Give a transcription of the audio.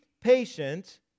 patient